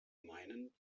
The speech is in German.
meinen